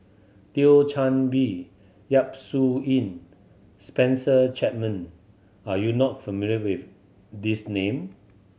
Thio Chan Bee Yap Su Yin Spencer Chapman are you not familiar with this name